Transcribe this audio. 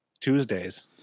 Tuesdays